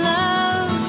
love